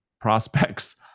prospects